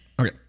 Okay